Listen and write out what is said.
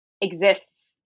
exists